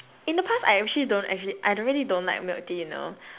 in the past I actually don't actually I really don't like milk tea you know